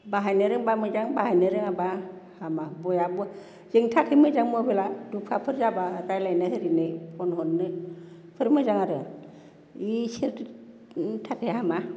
बाहायनो रोंब्ला मोजां बाहायनो रोङाब्ला हामा बया जोंनि थाखाय मोजां मबाइला दुफाफोर जाब्ला रायज्लायनो होरैनो फन हरनो बेफोर मोजां आरो इसोरनि थाखाय हामा